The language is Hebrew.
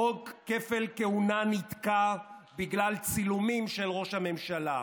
חוק כפל כהונה נתקע בגלל צילומים של ראש הממשלה,